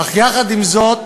אך יחד עם זאת,